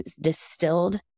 distilled